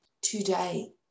today